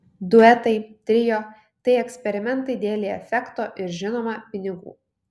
duetai trio tai eksperimentai dėlei efekto ir žinoma pinigų